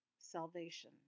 salvation